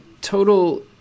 total